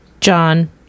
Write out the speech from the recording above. John